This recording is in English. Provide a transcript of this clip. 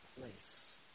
place